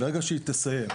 ברגע שהיא תסיים.